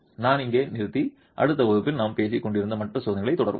நான் இங்கே நிறுத்தி அடுத்த வகுப்பில் நாம் பேசிக் கொண்டிருந்த மற்ற சோதனைகளைத் தொடருவேன்